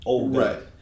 Right